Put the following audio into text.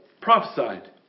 prophesied